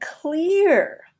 clear